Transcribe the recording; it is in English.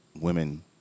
women